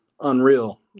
unreal